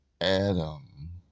Adam